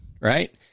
right